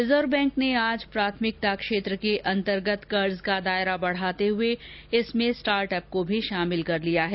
reserve bank ने आज प्राथमिक क्षेत्र के अन्तर्गत कर्ज का दायरा बढाते हए इसमें स्टार्टअप को भी शामिल कर लिया है